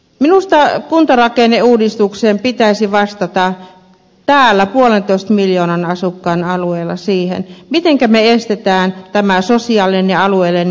minusta kuntarakenneuudistuksen pitäisi vastata täällä puolentoista miljoonan asukkaan alueella siihen mitenkä me estämme tämän sosiaalisen ja alueellisen eriarvoistumisen